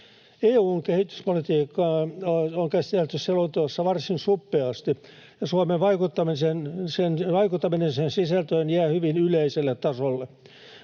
EU:n kehityspolitiikkaa on käsitelty selonteossa varsin suppeasti, ja Suomen vaikuttaminen sen sisältöön jää hyvin yleiselle tasolle.